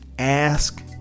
Ask